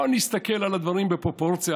בוא נסתכל על הדברים בפרופורציה,